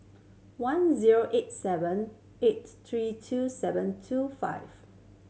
one zero eight seven eight three two seven two five